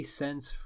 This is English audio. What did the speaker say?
cents